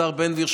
השר בן גביר,